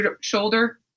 shoulder